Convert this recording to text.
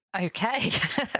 Okay